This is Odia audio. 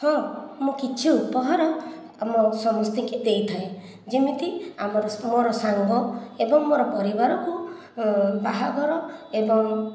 ହଁ ମୁଁ କିଛି ଉପହାର ଆମ ସମସ୍ତଙ୍କୁ ଦେଇଥାଏ ଯେମିତି ଆମର ମୋର ସାଙ୍ଗ ଏବଂ ମୋର ପରିବାର କୁ ବିବାହାଘର ଏବଂ